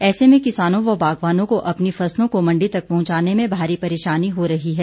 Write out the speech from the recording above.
ऐसे में किसानों व बागवानों को अपनी फसलों को मंडी तक पहुंचाने में भारी परेशानी हो रही है